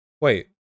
Wait